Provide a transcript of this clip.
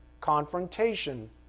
confrontation